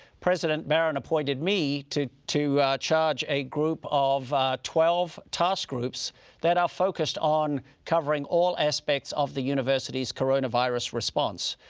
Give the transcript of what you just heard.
president barron appointed me to to charge a group of twelve task groups that are focused on covering all aspects of the university's coronavirus response.